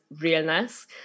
realness